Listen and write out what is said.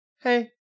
hey